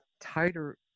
tighter